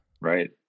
Right